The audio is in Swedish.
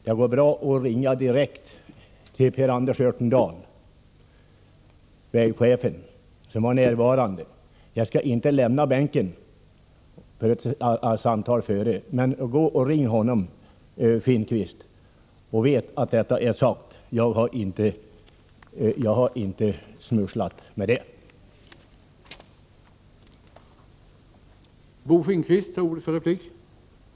Det går bra att ringa till vägverkets chef, Per Anders Örtendahl, som var närvarande på den omnämnda sammankomsten. Jag skall inte lämna min bänk. Ring honom, Bo Finnkvist! Vad jag har sagt är sant. Jag har inte smusslat med någonting.